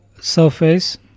surface